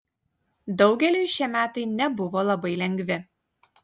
daugeliui šie metai nebuvo labai lengvi